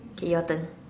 okay your turn